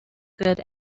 good